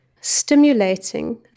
stimulating